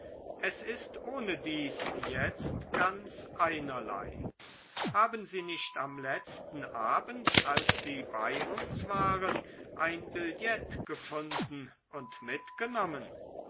es ist ohnedies jetzt ganz einerlei haben sie nicht am letzten abend als sie bei uns waren ein billett gefunden und mitgenommen